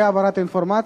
בהעברת האינפורמציה.